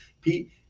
pete